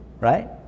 right